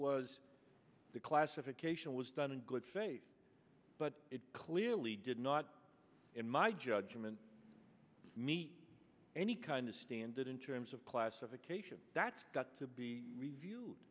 was the classification was done in good faith but it clearly did not in my judgment meet any kind of standard terms of classification that's got to be